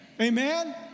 Amen